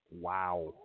Wow